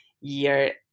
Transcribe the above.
year